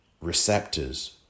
receptors